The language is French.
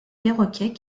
perroquet